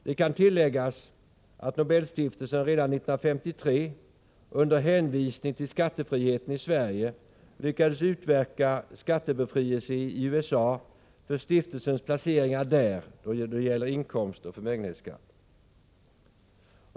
Det kan tilläggas att Nobelstiftelsen redan 1953, under hänvisning till skattefriheten i Sverige, lyckades utverka skattebefrielse i USA för stiftelsens placeringar där då det gäller inkomstoch förmögenhetsskatt.